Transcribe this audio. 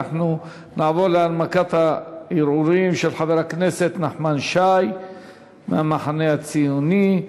אנחנו נעבור להנמקת הערעורים של חבר הכנסת נחמן שי מהמחנה הציוני,